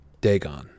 Dagon